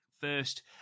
first